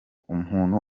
umuntu